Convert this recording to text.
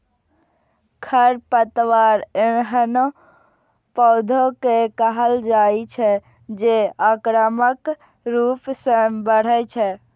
खरपतवार एहनो पौधा कें कहल जाइ छै, जे आक्रामक रूप सं बढ़ै छै